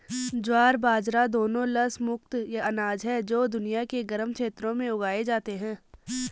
ज्वार बाजरा दोनों लस मुक्त अनाज हैं जो दुनिया के गर्म क्षेत्रों में उगाए जाते हैं